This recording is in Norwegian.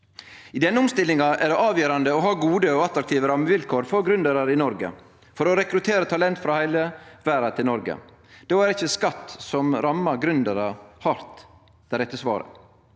I den omstillinga er det avgjerande å ha gode og attraktive rammevilkår for gründerar i Noreg og for å rekruttere talent frå heile verda til Noreg. Då er ikkje skatt som rammar gründerar hardt, det rette svaret.